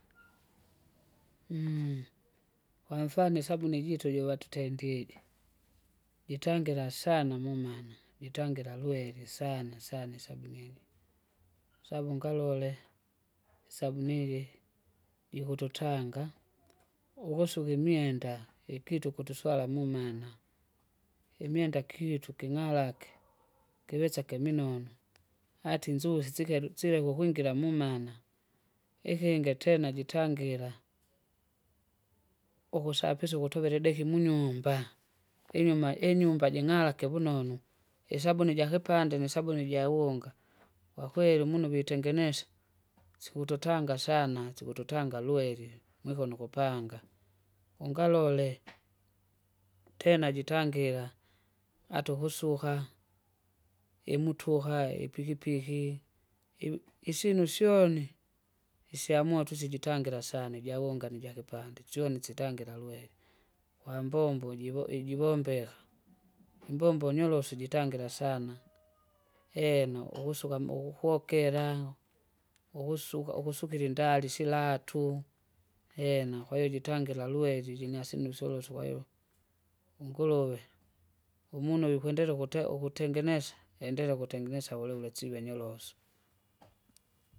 kwamfano isabuni jitu jivatutendide, jitengera sana mumana, jitangira lwire sana sana isabuni iji. Sabu ungalole, isabuni iji, jikututanga, ukusuka imyenda, ikitu ukutu swala mumana, imyenda kyitu king'alake kiwesa kiminonu, baati nzuri sikelu sileke ukwingira mumana, ikingi tena jitangira. Ukusapisa ukutovela ideki munyumba! inyuma inyumba jing'alake vunonu, isabuni jakipande nisabuni jawunga, kwakweli muno vitengenesa, sikututanga sana sikututanga lweri mwiko nukupanga. Ungalole tena jitangira, ata ukusuka, imutuha ipikipiki, iwi- isyinu syone, isyamoto isi jitangira sana jiwunga nijakipande syone sitangira lwere, wambombo jivo- ijivombeka, imbombo nyorosu jitangira sana eena! ukusuka mu- ukukokera, ukusuka ukukira indali silatu, ena kwahiyo jitangire lweri jinyasinuso luso kwahiyo. Unguruwe, umunu wikwendelea ukute- ukutengenesa, endelee ukutengenesa vulevulesiwe nyoroso.